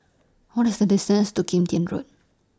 What IS The distance to Kim Tian Road